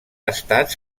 estats